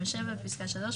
26. בפסקה (2),